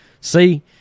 See